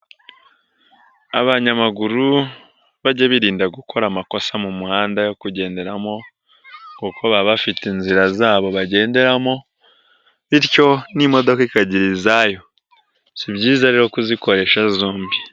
Abanyamaguru bajye birinda gukora amakosa mu muhanda yo kugenderamo kuko baba bafite inzira zabo bagenderamo, bityo n'imodoka ikagira izayo, si byiza rero kuzikoresha zombi.